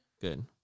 Good